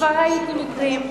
כבר ראיתי מקרים,